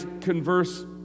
converse